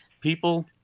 people